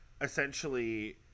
essentially